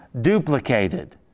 duplicated